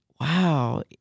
Wow